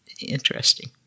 interesting